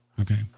Okay